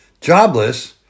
Jobless